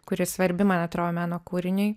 kuri svarbi man atrodo meno kūriniui